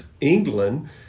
England